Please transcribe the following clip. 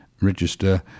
register